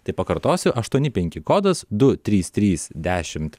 tai pakartosiu aštuoni penki kodas du trys trys dešimt